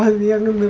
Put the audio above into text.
the